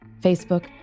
Facebook